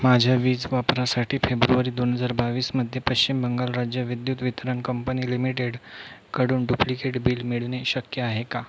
माझ्या वीज वापरासाठी फेब्रुवारी दोन हजार बावीसमध्ये पश्चिम बंगाल राज्य विद्युत वितरण कंपनी लिमिटेड कडून डुप्लिकेट बिल मिळणे शक्य आहे का